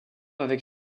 avec